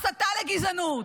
הסתה לגזענות.